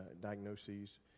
diagnoses